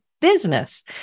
business